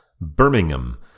Birmingham